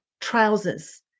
trousers